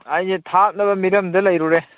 ꯑꯩꯁꯦ ꯊꯥꯞꯂꯕ ꯃꯤꯔꯝꯗ ꯂꯩꯔꯨꯔꯦ